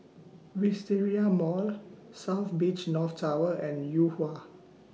Wisteria Mall South Beach North Tower and Yuhua